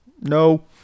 No